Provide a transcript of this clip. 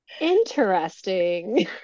Interesting